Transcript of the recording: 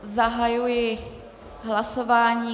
Zahajuji hlasování.